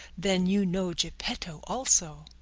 then you know geppetto also?